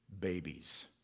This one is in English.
babies